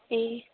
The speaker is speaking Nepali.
ए